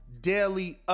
daily